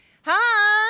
hi